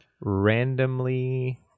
Randomly